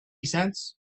cents